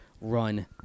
run